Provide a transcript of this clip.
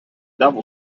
devil